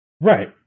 Right